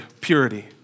purity